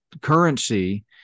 currency